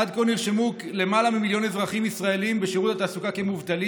עד כה נרשמו בשירות התעסוקה למעלה ממיליון אזרחים ישראלים כמובטלים.